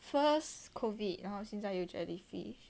first COVID 然后现在有 jellyfish